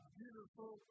beautiful